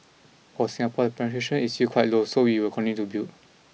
for Singapore the penetration is still quite low so we will continue to build